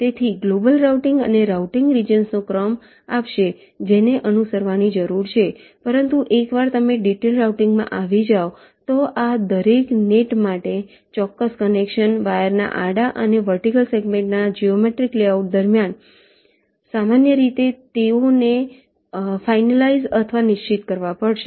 તેથી global routing તમને routing regions નો ક્રમ આપશે જેને અનુસરવાની જરૂર છે પરંતુ એકવાર તમે ડિટેઇલ્ડ રાઉટીંગમાં આવી જાઓતો આ દરેક નેટ માટે ચોક્કસ કનેક્શન વાયરના આડા અને વર્ટિકલ સેગમેન્ટના જિઓમેટ્રિક લેઆઉટ સામાન્ય રીતે તેઓને ફાઇનલાઇજ અથવા નિશ્ચિત કરવા પડશે